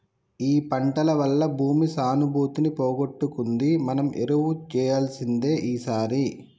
ఈ పంటల వల్ల భూమి సానుభూతిని పోగొట్టుకుంది మనం ఎరువు వేయాల్సిందే ఈసారి